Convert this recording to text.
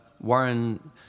Warren